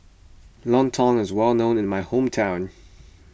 Lontong is well known in my hometown